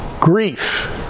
grief